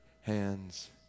hands